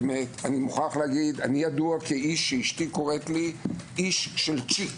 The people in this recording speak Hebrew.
אני ידוע כאיש שאשתי קוראת לי איש של צ'יק